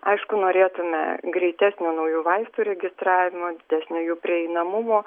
aišku norėtume greitesnio naujų vaistų registravimo didesnio jų prieinamumo